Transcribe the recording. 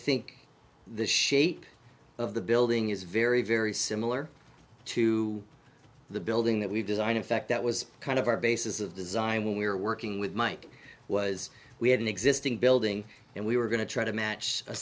think the shape of the building is very very similar to the building that we've designed in fact that was kind of our basis of design when we were working with mike was we had an existing building and we were going to try to match a